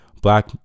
black